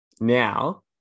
now